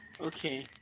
Okay